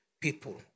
people